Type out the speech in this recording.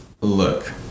Look